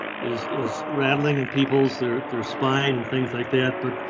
is is rattling of peoples there there spying and things like that but?